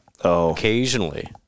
occasionally